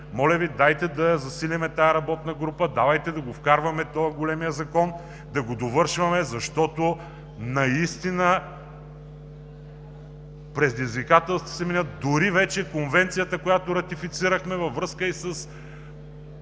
моля Ви, дайте да засилим тази работна група, давайте да вкарваме големия закон, да го довършваме, защото наистина предизвикателствата се менят. Дори вече Конвенцията, която ратифицирахме, във връзка и с